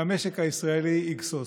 והמשק הישראלי יגסוס.